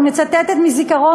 ואני מצטטת מזיכרון,